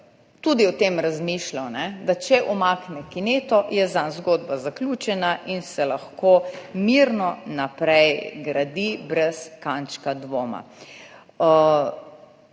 tudi o tem, da če umakne kineto, je zanj zgodba zaključena in se lahko mirno naprej gradi brez kančka dvoma.